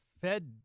Fed